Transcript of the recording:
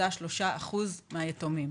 0.3% מהיתומים.